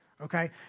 okay